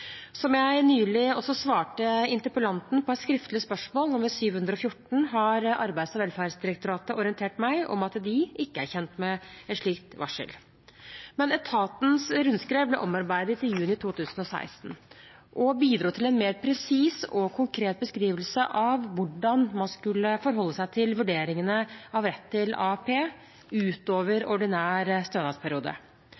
Som jeg nylig også svarte interpellanten på et skriftlig spørsmål, nr. 714, har Arbeids- og velferdsdirektoratet orientert meg om at de ikke er kjent med et slikt varsel. Men etatens rundskriv ble omarbeidet i juni 2016 og bidro til en mer presis og konkret beskrivelse av hvordan man skulle forholde seg til vurderingene av rett til AAP utover